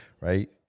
right